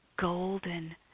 golden